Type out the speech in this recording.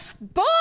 boy